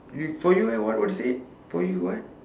you for you leh what what is it for you what